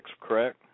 correct